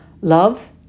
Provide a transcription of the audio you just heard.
Love